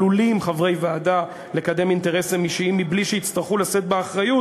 עלולים חברי ועדה לקדם אינטרסים אישיים בלי שיצטרכו לשאת באחריות,